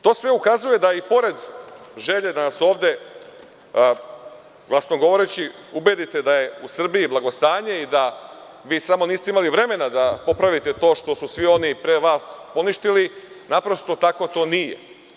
To sve ukazuje da i pored želje da nas ovde glasno govoreći ubedite da je u Srbiji blagostanje i da vi samo niste imali vremena da popravite to što su svi oni pre vas uništili, naprosto to tako nije.